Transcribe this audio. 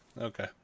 okay